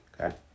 okay